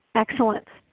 excellent.